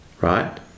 right